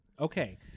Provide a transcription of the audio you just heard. Okay